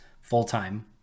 full-time